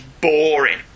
boring